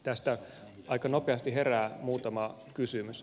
tästä aika nopeasti herää muutama kysymys